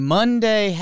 Monday